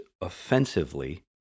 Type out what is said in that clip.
offensively